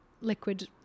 liquid